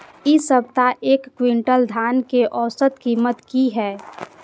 इ सप्ताह एक क्विंटल धान के औसत कीमत की हय?